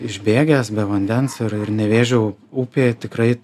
išbėgęs be vandens ir ir nevėžio upė tikrai